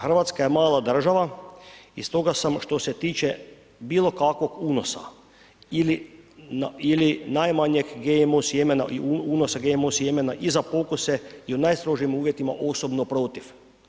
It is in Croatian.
Hrvatska je mala država i stoga sam, što se tiče bilo kakvog unosa ili najmanjeg GMO sjemena i unosa GMO sjemena i za pokuse i u najstrožim uvjetima osobno protiv.